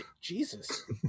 Jesus